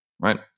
right